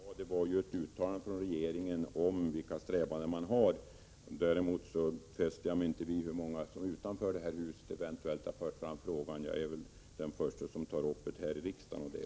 Fru talman! Vad jag ville ha var ett uttalande från regeringen om vilka strävanden man har. Däremot fäster jag mig inte vid hur många som utanför det här huset eventuellt har tagit upp frågan. Jag är väl den förste som tar upp frågan här i riksdagen.